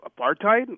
apartheid